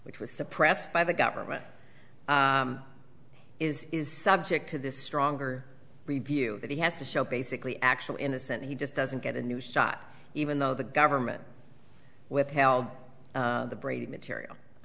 which was suppressed by the government is subject to this stronger review that he has to show basically actual innocent he just doesn't get a new shot even though the government withheld the brady material i